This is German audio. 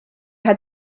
hat